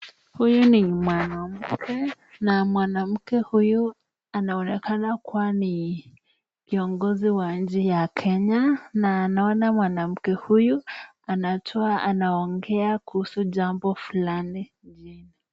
Huyu ni mwanamke na mwanamke huyu anaonekana kuwa ni kiongozi wa nchi ya Kenya na naona mwanamke huyu anatoa anaongea kuhusu jambo fulani muhimu.